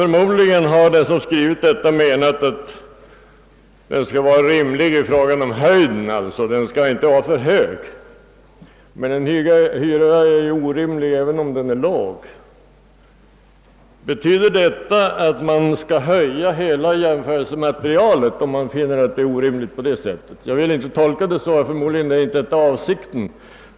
Förmodligen har den som skrivit det menat att hyran inte skall vara för hög, men en hyra kan ju vara orimlig även om den är låg. Betyder detta att man skall höja hela jämförelsematerialet, om man finner att det är orimligt på det sättet? Jag vill inte göra denna tolkning, ty förmodligen är detta inte meningen.